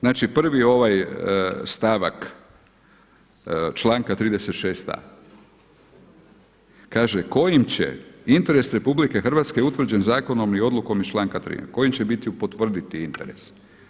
Znači prvi ovaj stavak članka 36a. Kaže: „Kojim će interes RH utvrđen zakonom i odlukom iz članka 3.“ Kojim će biti potvrdit interes?